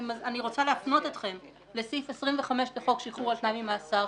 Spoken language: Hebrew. אני רוצה להפנות אתכם לסעיף 25 לחוק שחרור על תנאי ממאסר,